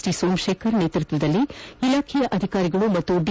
T Somashekar ನೇತೃತ್ವದಲ್ಲಿ ಇಲಾಖೆಯ ಅಧಿಕಾರಿಗಳು ಹಾಗೂ ಡಿ